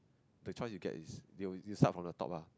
the choice you get is you you start from the top ah